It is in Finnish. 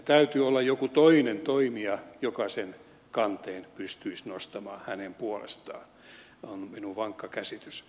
täytyy olla joku toinen toimija joka sen kanteen pystyisi nostamaan hänen puolestaan se on minun vankka käsitykseni